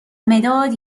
مداد